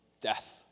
death